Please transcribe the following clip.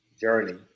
journey